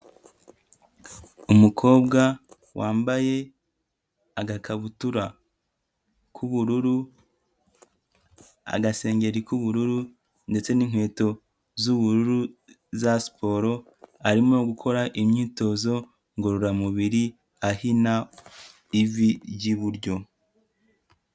Umukobwa wambaye agakabutura k'ubururu, agasengeri k'ubururu, ndetse n'inkweto z'ubururu za siporo, arimo gukora imyitozo ngororamubiri ahina ivi ry'iburyo.